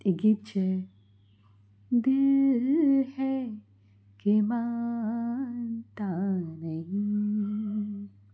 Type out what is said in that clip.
એ ગીત છે દિલ હૈ કે માનતા નહીં